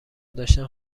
داشتم